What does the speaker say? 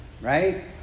right